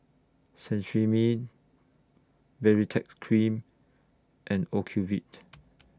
Cetrimide Baritex Cream and Ocuvite